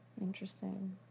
Interesting